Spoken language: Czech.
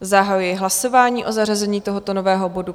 Zahajuji hlasování o zařazení tohoto nového bodu.